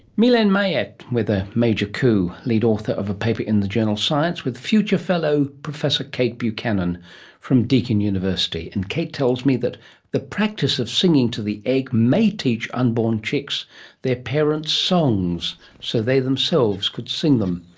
mylene mariette with a major coup, lead author of a paper in the journal science, with future fellow professor kate buchanan from deakin university. and kate tells me that the practice of singing to the egg may teach unborn chicks their parents' songs so they themselves could sing them.